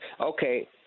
Okay